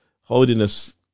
Holiness